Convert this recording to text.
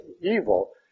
evil